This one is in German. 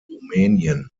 rumänien